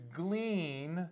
glean